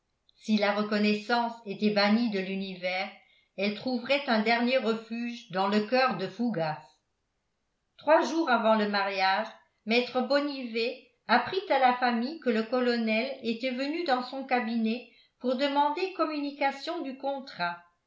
si la reconnaissance était bannie de l'univers elle trouverait un dernier refuge dans le coeur de fougas trois jours avant le mariage maître bonnivet apprit à la famille que le colonel était venu dans son cabinet pour demander communication du contrat